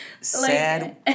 sad